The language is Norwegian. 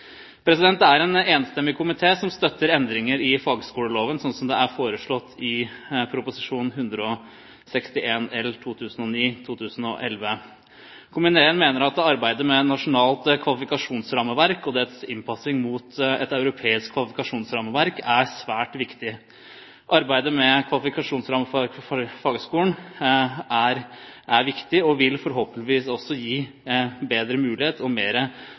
Det er en enstemmig komité som støtter endringer i fagskoleloven, slik som det er foreslått i Prop. 161 L for 2009–2010. Komiteen mener at arbeidet med et nasjonalt kvalifikasjonsrammeverk og dets innpassing mot et europeisk kvalifikasjonsrammeverk er svært viktig. Arbeidet med et kvalifikasjonsrammeverk for fagskolen er viktig og vil forhåpentligvis også gi bedre muligheter og mer